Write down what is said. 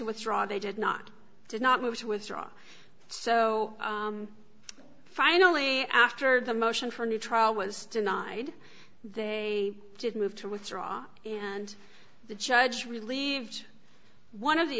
withdraw they did not did not move to withdraw so finally after the motion for new trial was denied they did move to withdraw and the judge relieved one of the